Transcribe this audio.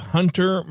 Hunter